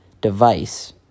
device